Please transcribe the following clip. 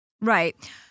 Right